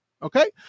Okay